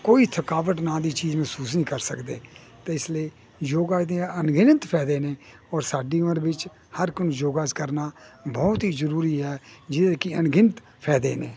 ਕੋਈ ਥਕਾਵਟ ਨਾ ਦੀ ਚੀਜ਼ ਮਹਿਸੂਸ ਨਹੀਂ ਕਰ ਸਕਦੇ ਤੇ ਇਸ ਲਈ ਯੋਗਾ ਦੀਆ ਅਣਗਿਣਤ ਫਾਇਦੇ ਨੇ ਔਰ ਸਾਡੀ ਉਮਰ ਵਿੱਚ ਹਰ ਇੱਕ ਨੂੰ ਯੋਗਾ ਕਰਨਾ ਬਹੁਤ ਹੀ ਜਰੂਰੀ ਹੈ ਜਿਹਦੇ ਕਿ ਅਣਗਿਣਤ ਫਾਇਦੇ ਨੇ